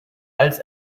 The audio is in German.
als